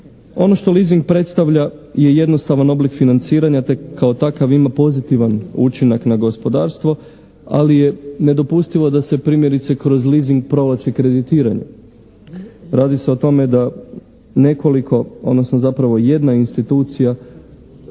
Ono što leasing predstavlja je jednostavan oblik financiranja te kao takav ima pozitivan učinak na gospodarstvo, ali je nedopustivo da se primjerice kroz leasing provlači kreditiranje. Radi se o tome da nekoliko, odnosno zapravo jedna institucija,